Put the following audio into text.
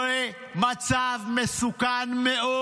זה מצב מסוכן מאוד.